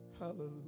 Hallelujah